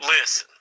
Listen